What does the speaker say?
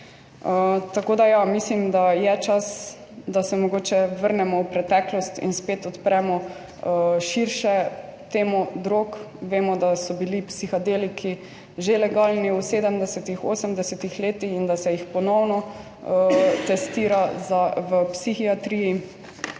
Tako, da ja, mislim, da je čas, da se mogoče vrnemo v preteklost in spet odpremo širše temo drog. Vemo, da so bili psihadeliki že legalni v 70-ih, 80-ih letih in da se jih ponovno testira v psihiatriji,